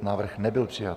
Návrh nebyl přijat.